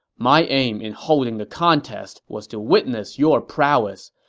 my aim in holding the contest was to witness your prowess.